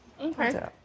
Okay